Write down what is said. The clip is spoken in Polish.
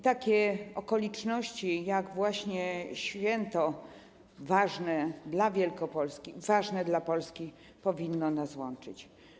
Takie okoliczności jak święto ważne dla Wielkopolski, ważne dla Polski powinno nas łączyć.